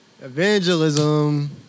Evangelism